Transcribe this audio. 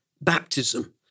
Baptism